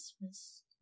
Christmas